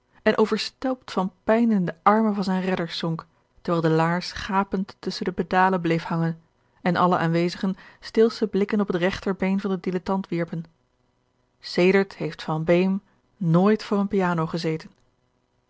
en overstelpt van pijn in de armen van zijne redders zonk terwijl de laars gapend tusschen de pedalen bleef hangen en alle aanwezigen steelsche blikken op het regter been van den dilettant wierpen sedert heeft van beem nooit voor eene piano gezeten